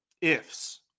ifs